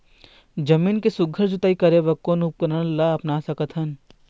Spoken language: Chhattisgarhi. जमीन के सुघ्घर जोताई करे बर कोन उपकरण ला अपना सकथन?